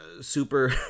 super